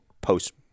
post